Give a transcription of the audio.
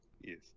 Yes